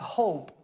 hope